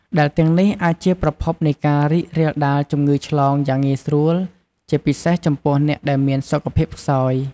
ដែលទាំងនេះអាចជាប្រភពនៃការរីករាលដាលជំងឺឆ្លងយ៉ាងងាយស្រួល ជាពិសេសចំពោះអ្នកដែលមានសុខភាពខ្សោយ។